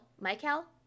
Michael